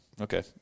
okay